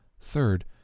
third